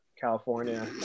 california